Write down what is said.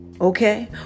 Okay